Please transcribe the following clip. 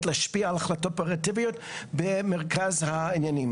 להשפיע על החלטות אופרטיביות במרכז העניינים?